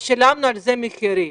ושילמנו על זה מחירים.